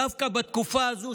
דווקא בתקופה הזו,